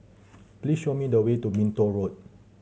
please show me the way to Minto Road